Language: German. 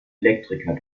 elektriker